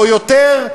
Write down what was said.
או יותר,